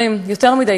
דקות.